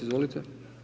Izvolite.